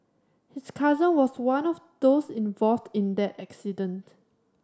his cousin was one of those involved in that accident